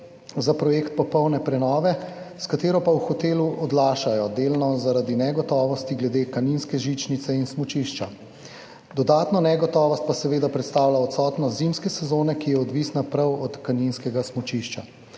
za projekt popolne prenove, s katero pa v hotelu odlašajo, delno zaradi negotovosti glede kaninske žičnice in smučišča. Dodatno negotovost pa seveda predstavlja odsotnost zimske sezone, ki je odvisna prav od kaninskega smučišča.